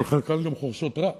בכל מערכת שלטונית דמוקרטית,